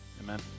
Amen